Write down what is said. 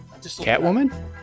Catwoman